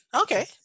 Okay